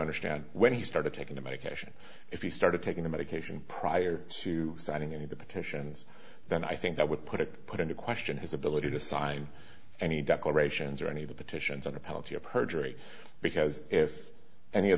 understand when he started taking the medication if he started taking the medication prior to signing the petitions then i think that would put it put into question his ability to sign any declarations or any of the petitions under penalty of perjury because if any of